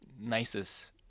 nicest